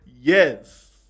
Yes